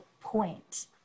point